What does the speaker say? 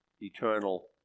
eternal